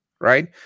Right